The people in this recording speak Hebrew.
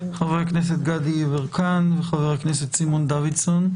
חברי הכנסת גדי יברקן וחבר הכנסת סימון דוידסון.